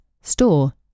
store